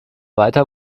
weiter